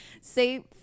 Say